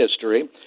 history